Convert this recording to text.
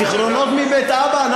זיכרונות מבית אבא,